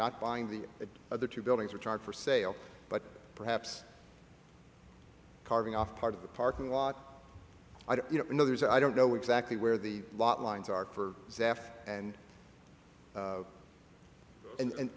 not buying the other two buildings which are for sale but perhaps carving off part of the parking lot i don't know there's i don't know exactly where the lot lines are for zaf and and